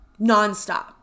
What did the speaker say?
nonstop